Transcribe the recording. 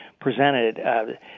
presented –